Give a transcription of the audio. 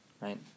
Right